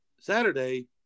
Saturday